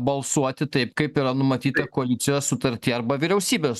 balsuoti taip kaip yra numatyta koalicijos sutarty arba vyriausybės